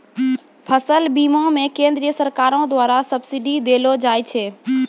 फसल बीमा मे केंद्रीय सरकारो द्वारा सब्सिडी देलो जाय छै